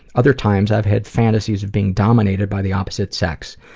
other times, i've had fantasies of being dominated by the opposite sex,